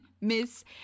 Miss